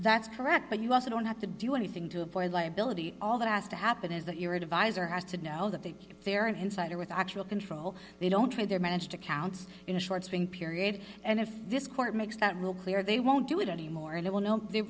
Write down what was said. that's correct but you also don't have to do anything to avoid liability all that has to happen is that your advisor has to know that they they're an insider with actual control they don't trade their managed accounts in a short spring period and if this court makes that rule clear they won't do it anymore and